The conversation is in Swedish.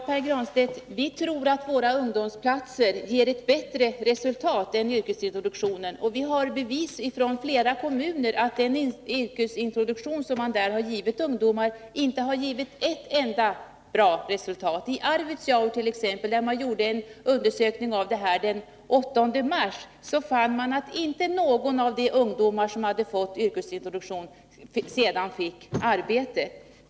Herr talman! Vi tror att våra ungdomsplatser ger ett bättre resultat än yrkesintroduktionen. Vi har också från flera kommuner bevis på att den yrkesintroduktion som man där har givit ungdomar inte har lett till ett enda bra resultat. I Arvidsjaur t.ex. gjorde man en sådan undersökning den 8 mars, och man fann då att inte någon av de ungdomar som hade fått yrkesintroduktion sedan fick arbete.